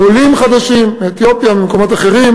עולים חדשים מאתיופיה וממקומות אחרים